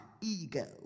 ego